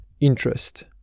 interest